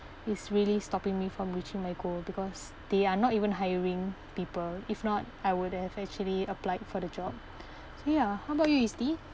is really stopping me from reaching my goal because they are not even hiring people if not I would have actually applied for the job so ya how about you isti